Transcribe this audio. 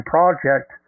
Project